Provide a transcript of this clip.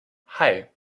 hei